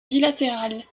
bilatérale